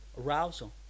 arousal